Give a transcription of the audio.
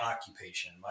occupation